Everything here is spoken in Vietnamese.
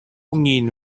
nhìn